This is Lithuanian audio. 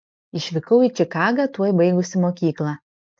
išvykau į čikagą tuoj baigusi mokyklą